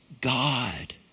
God